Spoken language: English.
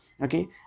okay